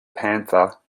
panther